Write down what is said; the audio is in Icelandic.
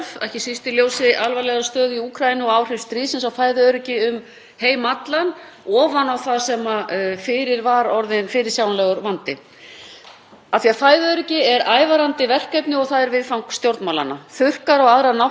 vandi. Fæðuöryggi er ævarandi verkefni og það er viðfang stjórnmálanna. Þurrkar og aðrar náttúruvár eiga sinn þátt og kunna að hleypa af stað hungursneyðum. Þá er það hlutverk okkar að deila gæðunum jafnt á meðal almennings. Þá er ótalinn sá þáttur hungursneyðar sem er